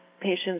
patients